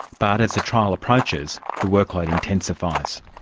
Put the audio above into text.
but as the trial approaches, the workload intensifies.